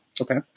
Okay